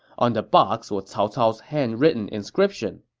on the box was cao cao's handwritten inscription.